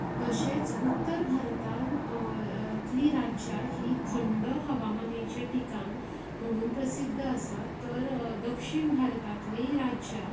तशेंच उत्तर भारतांत इतली राज्या ही थंड हवामानाचे ठिकाण म्हणून प्रसिद्द आसा तर दक्षीण भारतांतली राज्या